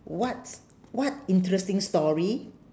what what interesting story